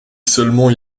seulement